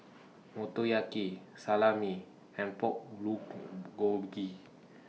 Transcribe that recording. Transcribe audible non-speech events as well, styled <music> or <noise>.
<noise> Motoyaki Salami and Pork Blue <noise> Bulgogi